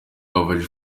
bafashe